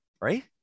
right